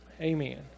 Amen